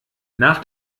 nach